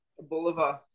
Boulevard